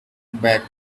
back